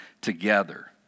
together